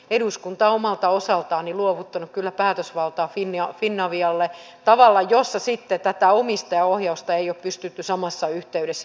eduskunta on omalta osaltaan luovuttanut kyllä päätösvaltaa finavialle tavalla jossa sitten tätä omistajaohjausta ei ole pystytty samassa yhteydessä tiukentamaan